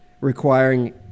Requiring